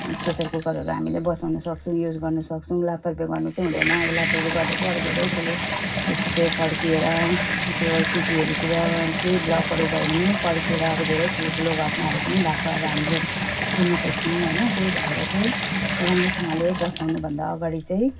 pressure कुकरहरू हामीले बसाउनसक्छौँ युज गर्नुसक्छौँ लापरवाही गर्नु चाहिँ हुँदैन अब लापरवाही गर्दा चाहिँ अब धेरै ठुलो त्यस्तो त्यो पड्किएर त्यो सिटीहरूतिर केही ब्लकहरू भयो भने पड्किएर अब धेरै ठुलो ठुलो घटनाहरू पनि भएको अब हामीले सुनेको छौँ होइन त्यही भएर चाहिँ राम्रोसँगले बसाउनुभन्दा अगाडि चाहिँ